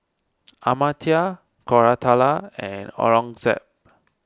Amartya Koratala and Aurangzeb